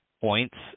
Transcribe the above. points